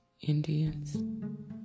Indians